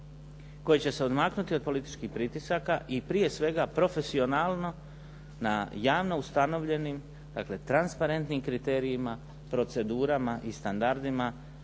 koje će se odmaknuti od političkih pritisaka i prije svega profesionalno na javno ustanovljenim dakle transparentnim kriterijima, procedurama i standardima